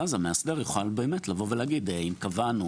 ואז המאסדר יוכל לבוא ולהגיד: אם קבענו